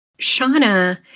Shauna